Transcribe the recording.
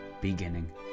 beginning